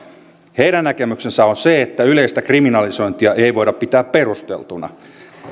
heidän näkemyksensä on se että yleistä kriminalisointia ei voida pitää perusteltuna